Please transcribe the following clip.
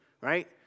right